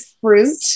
fruit